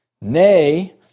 Nay